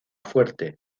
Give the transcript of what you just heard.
fuerte